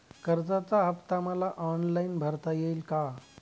कर्जाचा हफ्ता मला ऑनलाईन भरता येईल का?